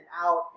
out